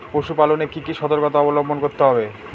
পশুপালন এ কি কি সর্তকতা অবলম্বন করতে হবে?